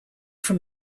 from